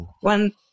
one